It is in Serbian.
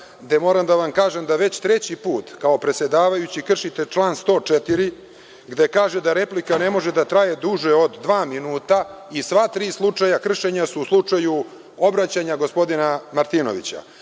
Moram da vam kažem da već treći put, predsedavajući, kršite član 104. gde se kaže da replika ne može da traje duže od dva minuta i sva tri slučaja kršenja su u slučaju obraćanja gospodina Martinovića.